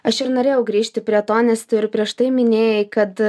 aš ir norėjau grįžti prie to nes tu ir prieš tai minėjai kad